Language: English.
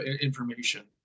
information